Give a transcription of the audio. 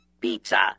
pizza